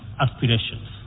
aspirations